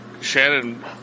Shannon